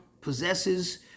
possesses